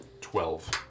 Twelve